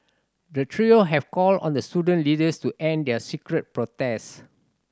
the trio have called on the student leaders to end their street protest